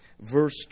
verse